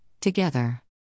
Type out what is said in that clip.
together